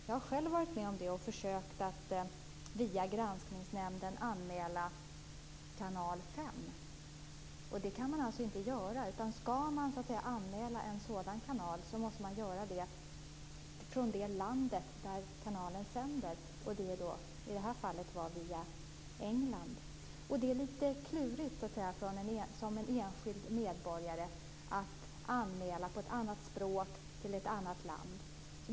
Jag har själv varit med om att via Granskningsnämnden försöka anmäla Kanal 5. Det kan man alltså inte göra. Skall man anmäla en sådan kanal måste man göra det i det land varifrån kanalen sänder, i det här fallet England. Det är lite klurigt att som enskild medborgare anmäla på ett annat språk till ett annat land.